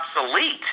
obsolete